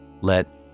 let